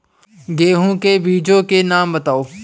गेहूँ के बीजों के नाम बताओ?